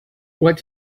what